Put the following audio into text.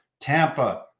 Tampa